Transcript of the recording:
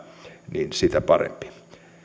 niin sitä parempi